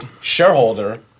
shareholder